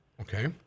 Okay